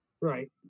Right